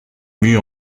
mue